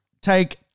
take